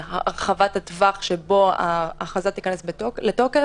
להרחבת הטווח שבו ההכרזה תיכנס לתוקף.